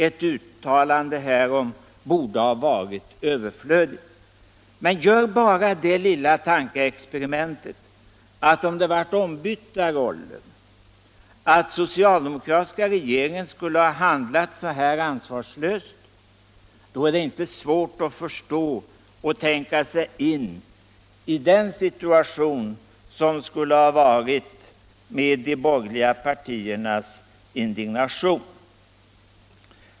Ett uttalande härom borde ha varit överflödigt. Men gör bara det lilla tankeexperimentet att rollerna hade varit ombytta och den socialdemokratiska regeringen hade handlat så här ansvarslöst! Det är inte svårt att tänka sig in i de borgerliga partiernas indignation i en sådan situation.